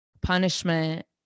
punishment